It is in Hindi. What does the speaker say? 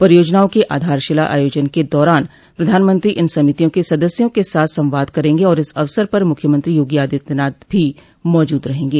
परियोजनाओ के आधारशिला आयोजन के दौरान प्रधानमंत्री इन समितियों के सदस्यों के साथ संवाद करेंगे और इस अवसर पर मुख्यमंत्री योगी आदित्यनाथ भी मौजूद रहेंगे